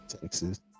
Texas